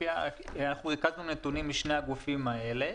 אנחנו ריכזנו נתונים משני הגופים האלה.